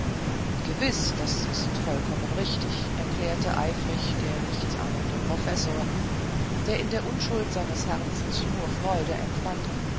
gewiß das ist vollkommen richtig erklärte eifrig der nichts ahnende professor der in der unschuld seines herzens nur freude empfand